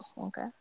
Okay